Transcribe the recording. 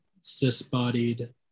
cis-bodied